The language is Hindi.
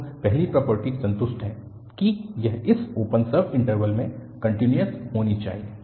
तो पहली प्रॉपर्टी संतुष्ट है कि यह इन ओपन सब इन्टरवल्स में कन्टिन्यूअस होनी चाहिए